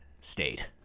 state